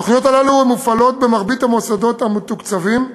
התוכניות האלה מופעלות ברוב המוסדות המתוקצבים,